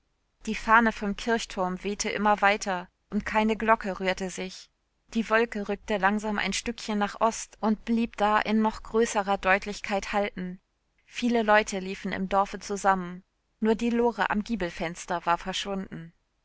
die fahne vom kirchturm wehte immer weiter und keine glocke rührte sich die wolke rückte langsam ein stückchen nach ost und blieb da in noch größerer deutlichkeit halten viele leute liefen im dorfe zusammen nur die lore am giebelfenster war verschwunden